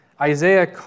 Isaiah